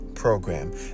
program